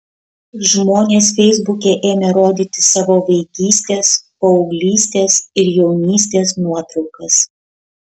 žmonės feisbuke ėmė rodyti savo vaikystės paauglystės ir jaunystės nuotraukas